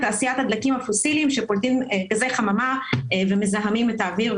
תעשיית הדלקים הפוסיליים שפולטים גזי חממה ומזהמים את האוויר,